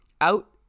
out